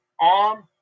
arm